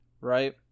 right